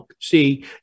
See